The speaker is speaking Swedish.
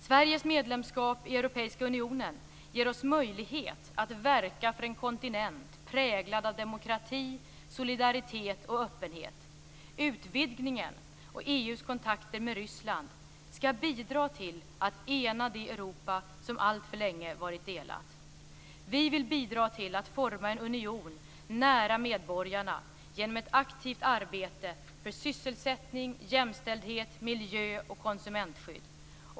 Sveriges medlemskap i Europeiska unionen ger oss möjlighet att verka för en kontinent präglad av demokrati, solidaritet och öppenhet. Utvidgningen och EU:s kontakter med Ryssland skall bidra till att ena det Europa som alltför länge varit delat. Vi vill bidra till att forma en union nära medborgarna genom ett aktivt arbete för sysselsättning, jämställdhet, miljö och konsumentskydd.